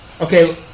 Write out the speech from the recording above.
okay